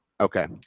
Okay